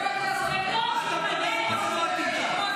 לא שמעת כלום.